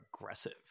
aggressive